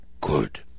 good